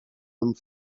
homme